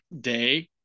day